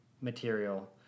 material